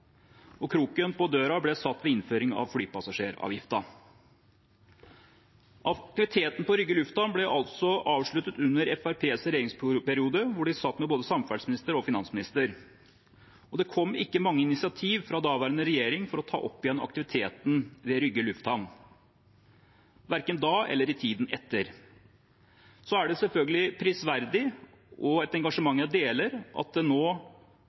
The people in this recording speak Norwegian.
og kroken på døra ble satt ved innføring av flypassasjeravgiften. Aktiviteten på Rygge lufthavn ble altså avsluttet under Fremskrittspartiets regjeringsperiode, hvor de satt med både samferdselsminister og finansminister. Det kom ikke mange initiativ fra daværende regjering for å ta opp igjen aktiviteten ved Rygge lufthavn, verken da eller i tiden etter. Det er selvfølgelig prisverdig og et engasjement jeg deler at man nå